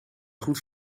goed